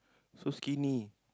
so skinny